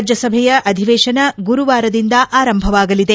ರಾಜ್ಞಸಭೆಯ ಅಧಿವೇಶನ ಗುರುವಾರದಿಂದ ಆರಂಭವಾಗಲಿದೆ